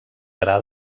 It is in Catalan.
gra